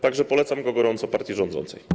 Tak że polecam go gorąco partii rządzącej.